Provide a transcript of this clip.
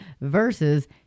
versus